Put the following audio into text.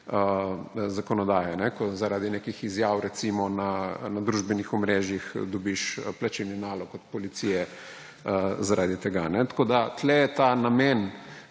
zakonodaje, ko zaradi nekih izjav, recimo na družbenih omrežjih, dobiš plačilni nalog od Policije zaradi tega. Tukaj je ta namen